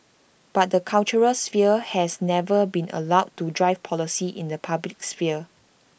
but the cultural sphere has never been allowed to drive policy in the public sphere